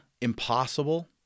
impossible